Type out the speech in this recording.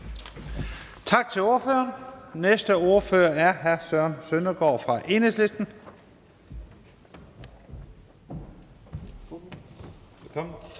Tak til ordføreren. Næste ordfører er hr. Søren Søndergaard fra Enhedslisten. Velkommen.